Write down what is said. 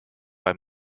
bei